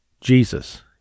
Jesus